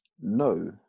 No